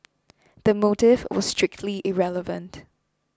the motive was strictly irrelevant